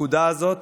הפקודה הזאת